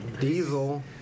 diesel